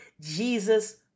Jesus